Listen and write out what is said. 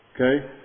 okay